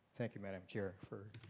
thank you, madam chair for